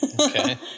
Okay